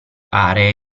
aree